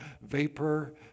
vapor